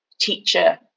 teacher